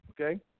Okay